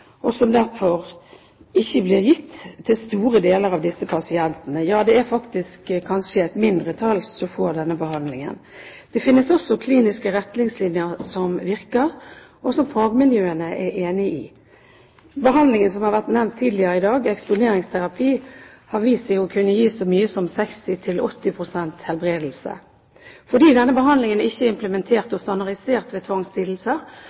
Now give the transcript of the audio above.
og blir derfor ikke gitt til store deler av disse pasientene. Det er faktisk kanskje et mindretall som får denne behandlingen. Det finnes også kliniske retningslinjer som virker, og som fagmiljøene er enige om. Behandlingen, som har vært nevnt tidligere i dag, eksponeringsterapi, har vist seg å kunne føre til så mye som 60–80 pst. helbredelse. Fordi denne behandlingen ikke er implementert og standardisert ved